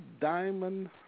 Diamond